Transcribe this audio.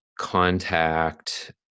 contact